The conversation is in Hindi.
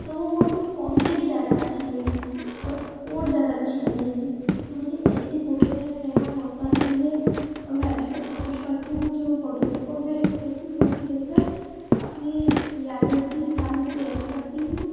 तो वह फोटो पोज़ से भी ज्यादा अच्छी रहेगी और बहुत ज्यादा अच्छी लगेगी तो मुझे ऐसी फोटो है लेना बहुत पसंद है और मैं अधिकतर कोशिश करती हूँ कि वह फोटो ले और मैं ऐसी फोटो लेकर अपनी यादों की किताब में कैद करती हूँ